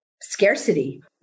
scarcity